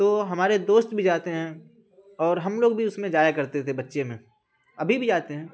تو ہمارے دوست بھی جاتے ہیں اور ہم لوگ بھی اس میں جایا کرتے تھے بچے میں ابھی بھی جاتے ہیں